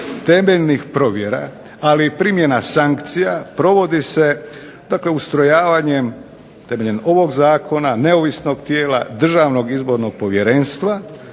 temeljnih provjera, ali i primjena sankcija provodi se, dakle ustrojavanjem temeljem ovog zakona, neovisnog tijela Državnog izbornog povjerenstva.